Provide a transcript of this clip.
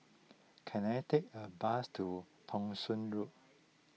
can I take a bus to Thong Soon Road